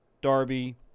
Darby